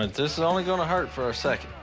this is only gonna hurt for a second.